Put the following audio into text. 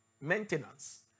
maintenance